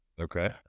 okay